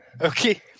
Okay